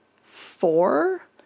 four